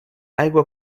aigua